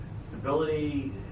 stability